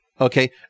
okay